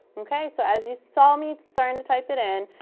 okay? so as you saw me starting to type it in,